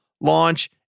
launch